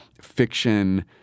fiction